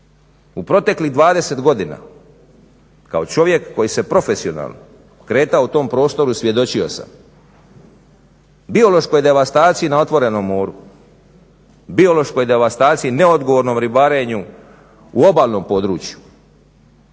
U proteklih 20 godina kao čovjek koji se profesionalno kretao u tom prostoru svjedočio sam biološkoj devastaciji na otvorenom moru, biološkoj devastaciji, neodgovornom ribarenju u obalnom području,